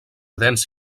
dens